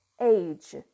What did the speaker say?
age